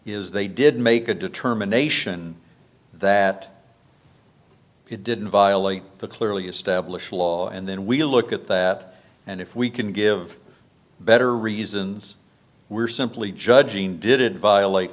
is they did make a determination that it didn't violate the clearly established law and then we'll look at that and if we can give better reasons we're simply judging did it violate